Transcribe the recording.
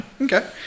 okay